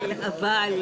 אין בעיה.